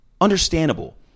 understandable